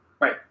right